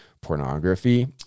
pornography